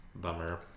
bummer